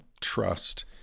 trust